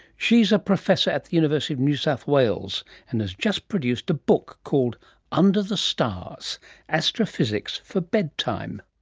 she is a professor at the university of new south wales and has just produced a book called under the stars astrophysics for bedtime.